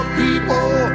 people